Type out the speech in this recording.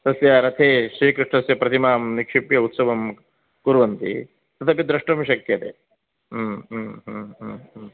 तस्य रथे श्रीकृष्णस्य प्रतिमां निक्षिप्य उत्सवं कुर्वन्ति तदपि द्रष्टुं शक्यते